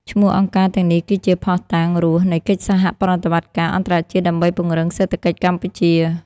ឈ្មោះអង្គការទាំងនេះគឺជា "ភស្តុតាងរស់" នៃកិច្ចសហប្រតិបត្តិការអន្តរជាតិដើម្បីពង្រឹងសេដ្ឋកិច្ចកម្ពុជា។